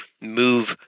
move